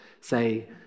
say